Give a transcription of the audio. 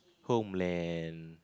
homeland